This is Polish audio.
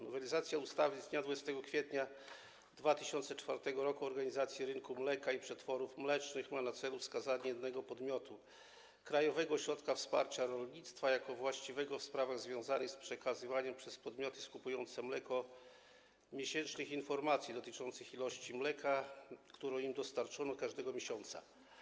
Nowelizacja ustawy z dnia 20 kwietnia 2004 r. o organizacji rynku mleka i przetworów mlecznych ma na celu wskazanie jednego podmiotu - Krajowego Ośrodka Wsparcia Rolnictwa, jako właściwego w sprawach związanych z przekazywaniem przez podmioty skupujące mleko miesięcznych informacji dotyczących ilości mleka, którą im dostarczono każdego miesiąca.